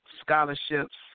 scholarships